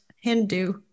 Hindu